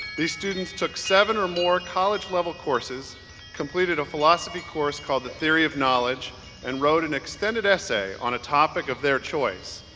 these students took seven or more college-level courses completed a philosophy course called the theory of knowledge and wrote an extended essay on a topic of their choice,